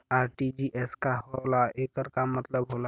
RTGS का होला एकर का मतलब होला?